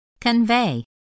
Convey